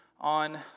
on